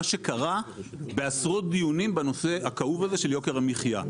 שקרה בעשרות דיונים בנושא הכאוב הזה של יוקר המחיה.